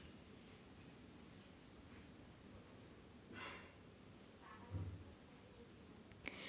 शेतकरी दरवर्षी पंतप्रधान किसन मानधन योजना पासून छत्तीस हजार रुपयांचा फायदा घेतात